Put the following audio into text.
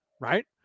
Right